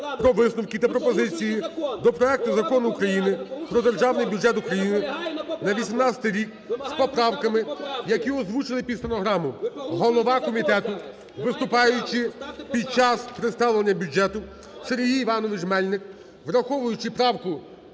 про висновки та пропозиції до проекту Закону України "Про Державний бюджет України на 2018 рік" з поправками, які озвучили під стенограму, голова комітету, виступаючі під час представлення бюджету Сергій Іванович Мельник, враховуючи правку